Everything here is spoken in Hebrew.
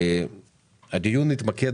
הדיון התמקד